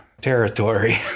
territory